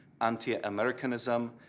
anti-Americanism